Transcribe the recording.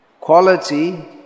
quality